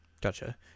gotcha